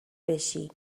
بشی